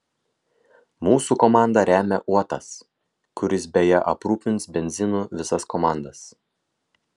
mūsų komandą remia uotas kuris beje aprūpins benzinu visas komandas